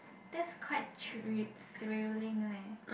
that's quite thr~ thrilling leh